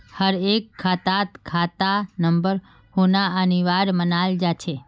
हर एक खातात खाता नंबर होना अनिवार्य मानाल जा छे